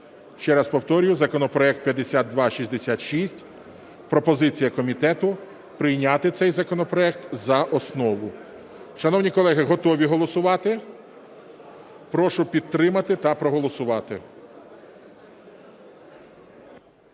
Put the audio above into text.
Ще раз повторюю, законопроект 5266, пропозиція комітету прийняти цей законопроект за основу. Шановні колеги, готові голосувати? Прошу підтримати та проголосувати.